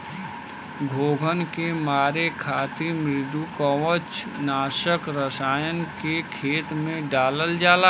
घोंघन के मारे खातिर मृदुकवच नाशक रसायन के खेत में डालल जाला